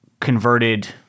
converted